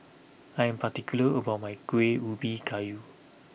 I am particular about my Kuih Ubi Kayu